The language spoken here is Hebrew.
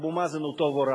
אבו מאזן הוא טוב ורע,